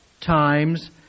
times